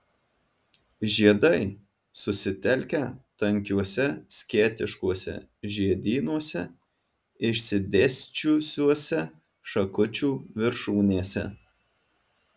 žiedai susitelkę tankiuose skėtiškuose žiedynuose išsidėsčiusiuose šakučių viršūnėse